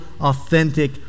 authentic